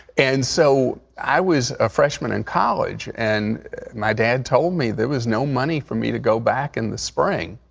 and so i was a freshman in college, and my dad told me there was no money for me to go back in the spring.